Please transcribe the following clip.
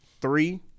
three